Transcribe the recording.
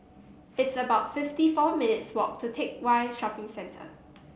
it's about fifty four minutes' walk to Teck Whye Shopping Centre